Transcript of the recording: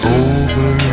over